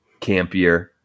campier